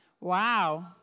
Wow